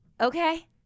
Okay